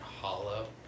hollow